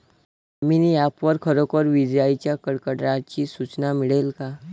Damini app वर खरोखर विजाइच्या कडकडाटाची सूचना मिळन का?